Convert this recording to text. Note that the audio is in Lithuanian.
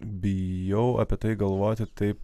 bijau apie tai galvoti taip